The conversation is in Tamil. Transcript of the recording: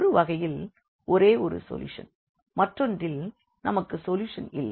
ஒரு வகையில் ஒரே ஒரு சொல்யூஷன் மற்றொன்றில் நமக்கு சொல்யூஷன் இல்லை